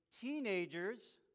teenagers